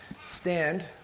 stand